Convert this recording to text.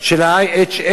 של ה-IHH.